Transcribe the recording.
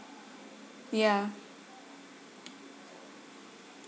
ya